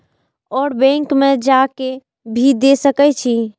और बैंक में जा के भी दे सके छी?